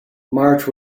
march